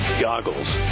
goggles